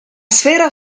sfera